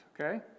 Okay